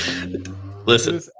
listen